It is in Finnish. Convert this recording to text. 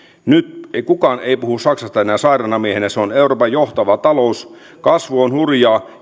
nyt kukaan ei puhu saksasta enää sairaana miehenä se on euroopan johtava talous kasvu on hurjaa